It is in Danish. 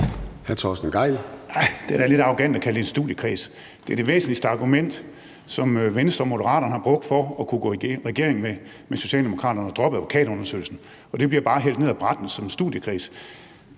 det er da lidt arrogant at kalde det for en studiekreds – det er det væsentligste argument, som Venstre og Moderaterne har brugt for at kunne gå i regering med Socialdemokraterne og droppe advokatundersøgelsen. Og det bliver bare hældt ned ad brættet som en studiekreds.